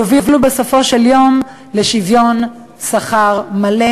יובילו בסופו של יום לשוויון שכר מלא,